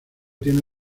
tiene